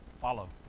follow